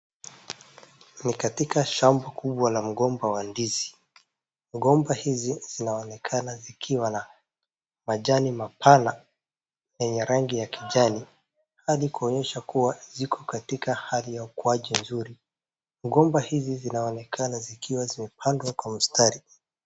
Ni katika shamba kubwa la mgomba wa ndizi. Migomba hizi zinaonekana zikiwa na majani mapana yenye rangi ya kijani, hali kuonyesha kuwa ziko katika hali ya ukuaji mzuri, ngomba hizi zinaonekana zikiwa zimepandwa kwa mstari.